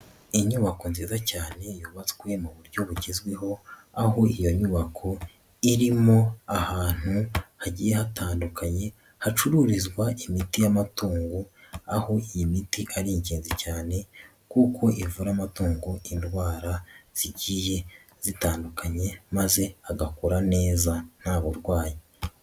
Inyubako nziza cyane yubatswe mu buryo bugezweho, aho iyo nyubako irimo ahantu hagiye hatandukanye hacururizwa imiti y'amatungo, aho iyi miti ari ingenzi cyane kuko ivura amatungo indwara zigiye zitandukanye maze agakura neza nta burwayi.